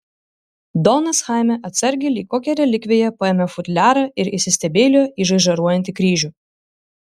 donas chaime atsargiai lyg kokią relikviją paėmė futliarą ir įsistebeilijo į žaižaruojantį kryžių